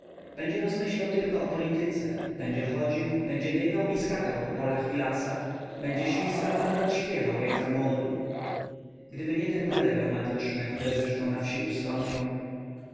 będzie rozmyślał tylko o polityce będzie chodził będzie biegał i skakał po polach i lasach będzie świstał a nawet śpiewał jak zamłodu gdyby nie te bóle reumatyczne które zresztą na wsi ustąpią